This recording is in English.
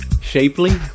shapely